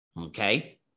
okay